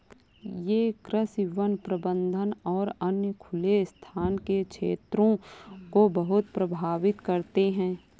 ये कृषि, वन प्रबंधन और अन्य खुले स्थान के क्षेत्रों को बहुत प्रभावित करते हैं